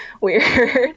weird